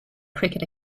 cricket